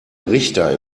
richter